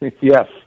Yes